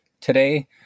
today